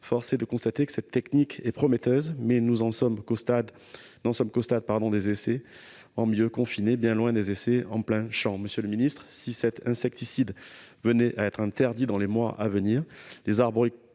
force est de constater que cette technique est prometteuse, mais nous n'en sommes qu'au stade des essais en milieu confiné, bien loin des essais en plein champ. Monsieur le ministre, si cet insecticide venait à être interdit dans les mois à venir, les